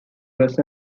was